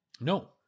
No